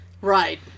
Right